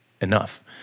enough